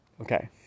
Okay